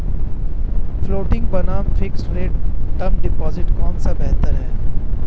Floating बनाम fixed rate term deposit कौन सा बेहतर है?